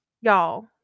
Y'all